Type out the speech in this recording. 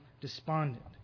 despondent